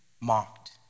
mocked